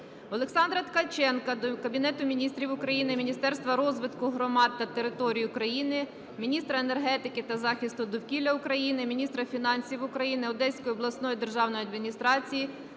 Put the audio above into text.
Олександра Ткаченка до Кабінету Міністрів України, Міністерства розвитку громад та територій України, міністра енергетики та захисту довкілля України, міністра фінансів України, Одеської обласної державної адміністрації